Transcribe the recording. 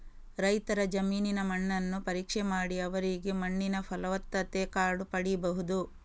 ರೈತರ ಜಮೀನಿನ ಮಣ್ಣನ್ನು ಪರೀಕ್ಷೆ ಮಾಡಿ ಅವರಿಗೆ ಮಣ್ಣಿನ ಫಲವತ್ತತೆ ಕಾರ್ಡು ಪಡೀಬಹುದು